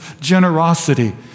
generosity